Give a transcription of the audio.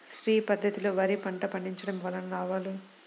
శ్రీ పద్ధతిలో వరి పంట పండించడం వలన లాభాలు?